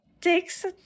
takes